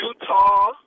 Utah